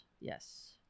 Yes